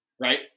right